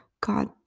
God